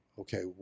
Okay